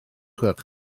gwelwch